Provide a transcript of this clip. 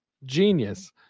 genius